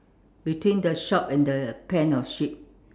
between the shop and the pen of sheep